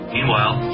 Meanwhile